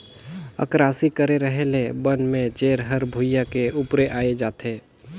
अकरासी करे रहें ले बन में जेर हर भुइयां के उपरे आय जाथे